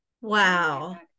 Wow